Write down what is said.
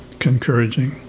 encouraging